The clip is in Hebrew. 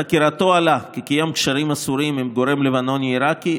בחקירתו עלה כי קיים קשרים אסורים עם גורם לבנוני עיראקי,